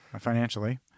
Financially